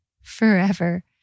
forever